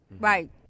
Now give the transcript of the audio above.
Right